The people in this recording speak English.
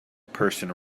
person